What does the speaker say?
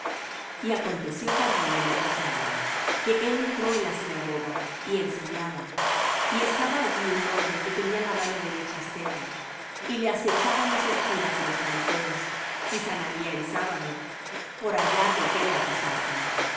y aconteció también en otro sábado que él entró en la sinagoga y enseñaba y estaba allí un hombre que tenía la mano derecha seca y le acechaban los escribas y los fariseos si sanaría en sábado por hallar de qué le acusasen